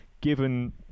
given